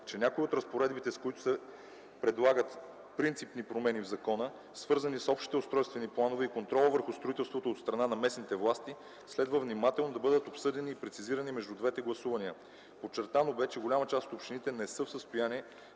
че някои от разпоредбите, с които се предлагат принципни промени в закона, свързани с общите устройствени планове и контрола върху строителството от страна на местните власти, следва внимателно да бъдат обсъдени и прецизирани между двете гласувания. Подчертано бе, че голяма част от общините не са в състояние